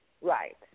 right